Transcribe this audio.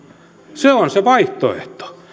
se on se vaihtoehto